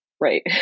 right